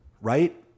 right